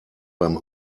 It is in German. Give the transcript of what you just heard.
beim